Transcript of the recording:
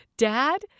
Dad